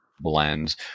blends